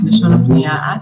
לשון הפנייה את.